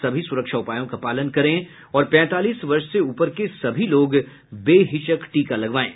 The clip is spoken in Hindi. सभी सुरक्षा उपायों का पालन करें और पैंतालीस वर्ष से ऊपर के सभी लोग बेहिचक टीका लगवाएं